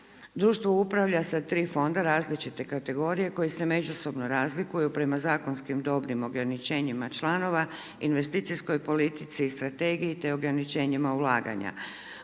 Društvo upravlja sa tri fonda različite kategorije koji se međusobno razlikuju prema zakonskim dobnim ograničenjima članova, investicijskoj politici, strategiji te ograničenjima ulaganja.